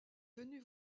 venu